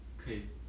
可以